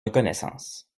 reconnaissance